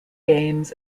games